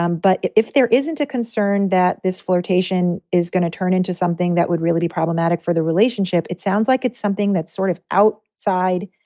um but if there isn't a concern that this flirtation is going to turn into something that would really be problematic for the relationship. it sounds like it's something that's sort of out side.